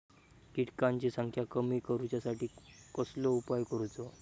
किटकांची संख्या कमी करुच्यासाठी कसलो उपाय करूचो?